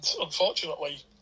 unfortunately